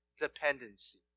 dependency